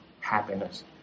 happiness